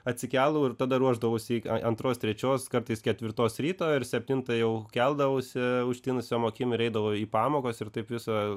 atsikeldavau ir tada ruošdavaus į antros trečios kartais ketvirtos ryto ir septintą jau keldavausi užtinusiom akim ir eidavau į pamokas ir taip visą